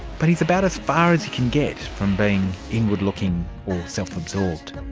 but he's about as far as you can get from being inward-looking or self-absorbed.